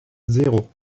zéro